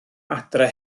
adre